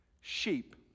sheep